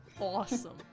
Awesome